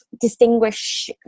distinguish